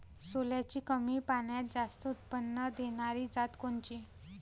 सोल्याची कमी पान्यात जास्त उत्पन्न देनारी जात कोनची?